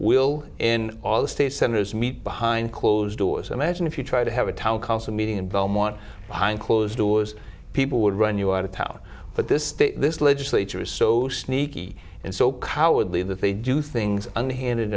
will in all the state senators meet behind closed doors imagine if you try to have a town council meeting and belmont behind closed doors people would run you out of power but this this legislature is so sneaky and so cowardly that they do things unhinde